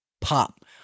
pop